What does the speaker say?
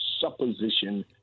supposition